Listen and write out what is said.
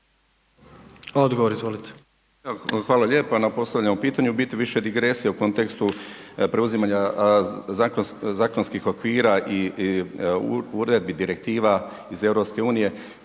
Zdravko** Evo, hvala lijepa na postavljenom pitanju, u biti više digresije u kontekstu preuzimanja zakonskih okvira i uredbi, direktiva iz EU,